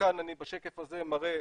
בשקף הזה אני מראה,